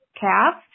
calf